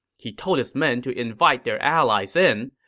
he told his men to invite their allies in.